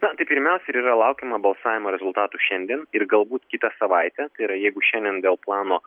na tai pirmiausia ir yra laukiama balsavimo rezultatų šiandien ir galbūt kitą savaitę tai yra jeigu šiandien dėl plano